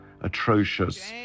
atrocious